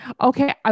Okay